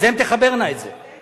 אז הן תחברנה את זה.